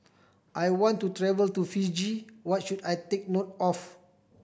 I want to travel to Fiji What should I take note of